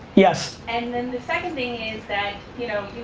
yes. and then the second thing is that you know,